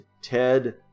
Ted